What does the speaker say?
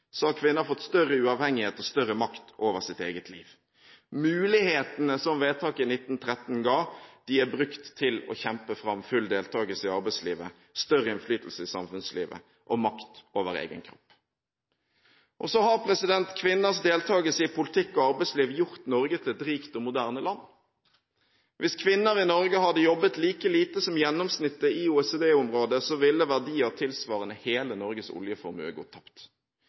har kvinner fått større uavhengighet og større makt over sitt eget liv. Mulighetene som vedtaket i 1913 ga, er brukt til å kjempe fram full deltakelse i arbeidslivet, større innflytelse i samfunnslivet og makt over egen kropp. Så har kvinners deltakelse i politikk og arbeidsliv gjort Norge til et rikt og moderne land. Hvis kvinner i Norge hadde jobbet like lite som gjennomsnittet i OECD-området, ville verdier tilsvarende hele Norges oljeformue gå tapt.